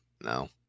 no